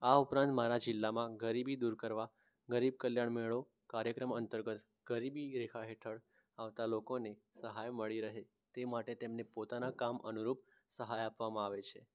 આ ઉપરાંત મારા જિલ્લામાં ગરીબી દૂર કરવા ગરીબ કલ્યાણ મેળો કાર્યક્રમ અંતર્ગત ગરીબી રેખા હેઠળ આવતા લોકોને સહાય મળી રહે તે માટે તેમને પોતાનાં કામ અનુરૂપ સહાય આપવામાં આવે છે